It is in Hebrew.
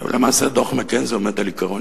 ולמעשה דוח "מקינזי" עומד על עיקרון